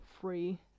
free